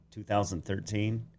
2013